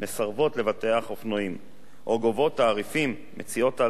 לבטח אופנועים או גובות תעריפים גבוהים,